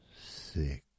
Six